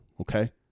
okay